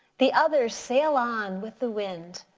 the others sail on with the wind,